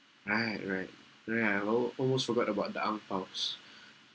right right oh ya I al~ almost forgot about the angbaos